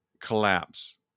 collapse